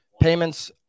payments